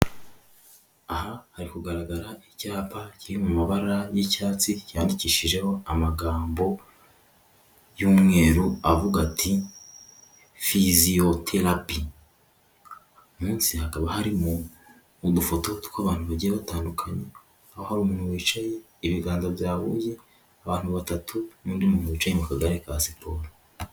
Aha hari kugaragara icyapa kiri mu mamabara y'icyatsi cyandikishijeho amagambo y'umweru avuga ati, "fiziyoterapi". Munsi hakaba harimo udufoto tw'abantu bagiye batandukanye, aho hari umuntu wicaye ibiganza byahuye, abantu batatu, n'undi muntu wicaye mu kagare ka siporo.